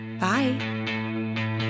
Bye